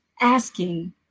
asking